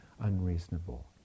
unreasonable